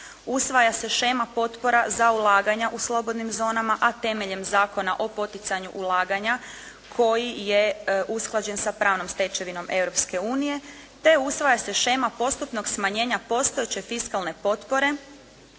Usvaja se shema potpora za ulaganja u slobodnim zonama a temeljem Zakona o poticanju ulaganja koji je usklađen sa pravnom stečevinom Europske unije te usvaja se shema postupnog smanjenja postojeće fiskalne potpore